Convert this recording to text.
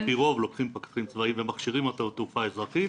על פי רוב לוקחים פקחים צבאיים ומכשירים אותם לתעופה אזרחית.